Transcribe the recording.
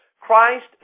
Christ